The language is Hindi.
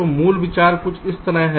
तो मूल विचार कुछ इस तरह है